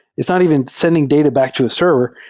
it's not even sending data back to a server.